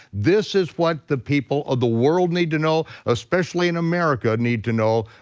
this is what the people of the world need to know, especially in america need to know,